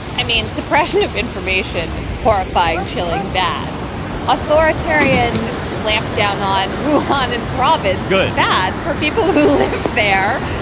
i mean, suppression of information. horrifying, chilling, bad authoritarian clamp down on wilhite and profit. good, bad for people who live there.